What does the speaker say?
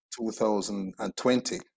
2020